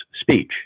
speech